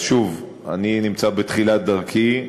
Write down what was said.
אז שוב, אני נמצא בתחילת דרכי.